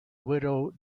widow